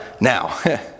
Now